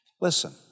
Listen